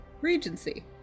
regency